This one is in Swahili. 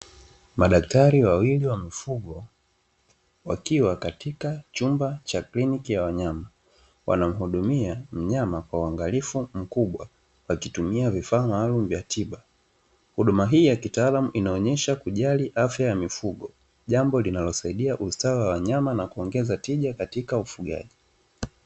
Madkatari wawili wa mifugo wakiwa katika chumba cha kliniki ya wanyama, wanamuhudumia mnyama kwa uangalifu mkubwa wakitumia vifaa maalumu vya tiba, huduma hii ya kitaalamu inaonyesha kujali afya ya mifugo jambo linalosaidia ustawi wa wanyama na kuongeza tija katika ufugaji.